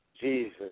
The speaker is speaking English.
Jesus